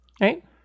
Right